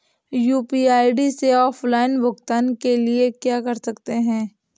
UPI से offline भुगतान के लिए क्या कर सकते हैं?